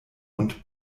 und